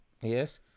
yes